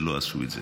ולא עשו את זה.